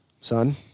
son